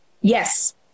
yes